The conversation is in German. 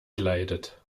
leidet